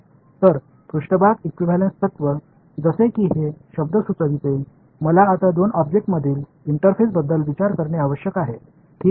तर पृष्ठभाग इक्विव्हॅलेंस तत्त्व जसे की हे शब्द सुचविते मला आता दोन ऑब्जेक्ट्समधील इंटरफेसबद्दल विचार करणे आवश्यक आहे ठीक आहे